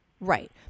Right